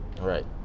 Right